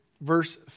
verse